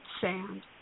sand